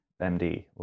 MD